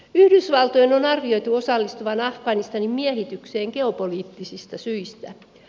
yhdysvaltojen on arvioitu osallistuvan afganistanin miehitykseen geopoliittisista syistä